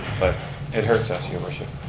but it hurts us, your worship.